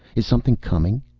is something coming?